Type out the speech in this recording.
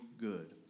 good